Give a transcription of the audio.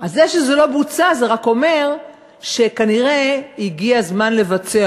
זה שזה לא בוצע רק אומר שכנראה הגיע הזמן לבצע,